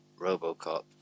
Robocop